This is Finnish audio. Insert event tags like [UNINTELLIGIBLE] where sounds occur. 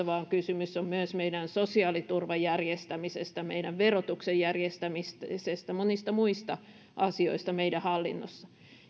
[UNINTELLIGIBLE] vaan kysymys on myös meidän sosiaaliturvan järjestämisestä meidän verotuksen järjestämisestä monista muista asioista meidän hallinnossamme